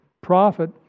prophet